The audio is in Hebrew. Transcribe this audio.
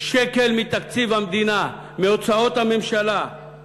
שקל מתקציב המדינה, מהוצאות הממשלה.